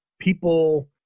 people